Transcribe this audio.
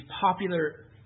popular